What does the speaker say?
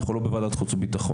אנחנו לא בוועדת חוץ וביטחון.